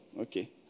Okay